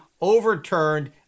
overturned